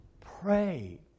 pray